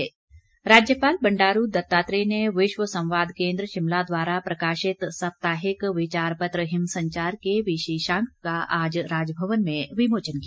विमोचन राज्यपाल बंडारू दत्तात्रेय ने विश्व संवाद केन्द्र शिमला द्वारा प्रकाशित साप्ताहिक विचार पत्र हिम संचार के विशेषांक का आज राजभवन में विमोचन किया